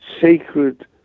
sacred